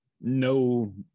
no